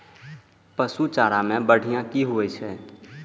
पशु चारा मैं बढ़िया की होय छै?